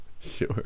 Sure